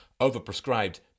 overprescribed